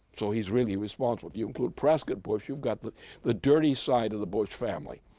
so he's really responsible. if you include prescott bush, you've got the the dirty side of the bush family.